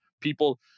people